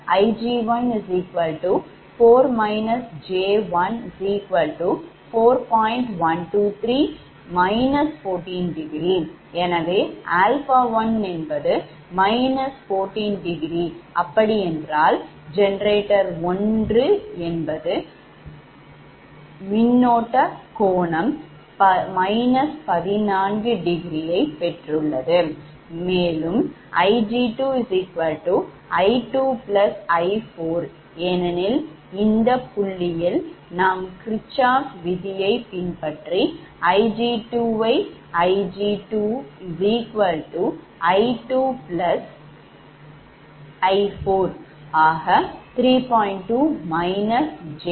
எனவே 𝛼1−14∘அப்படி என்றால் generator 1 இன் மின்னோட்ட கோணம் −14∘மற்றும் Ig2 I2 I4 ஏனெனில் இந்தப் புள்ளியில் நாம் Kirchoffs விதியை பின்பற்றி Ig2 யை Ig2 I2 I43